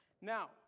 Now